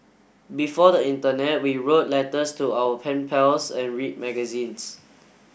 before the internet we wrote letters to our pen pals and read magazines